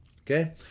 Okay